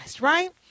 right